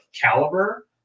caliber